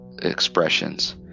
expressions